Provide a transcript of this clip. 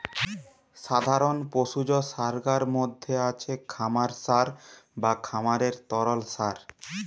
সাধারণ পশুজ সারগার মধ্যে আছে খামার সার বা খামারের তরল সার